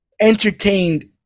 entertained